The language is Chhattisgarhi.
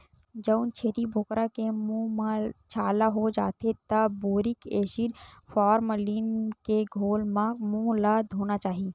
जउन छेरी बोकरा के मूंह म छाला हो जाथे त बोरिक एसिड, फार्मलीन के घोल म मूंह ल धोना चाही